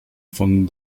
von